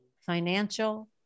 Financial